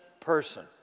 person